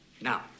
Now